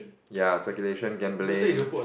ya speculation gambling